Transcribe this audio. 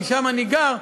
כי שם אני גר,